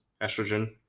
estrogen